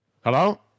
Hello